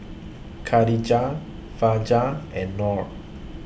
Khadija Fajar and Nor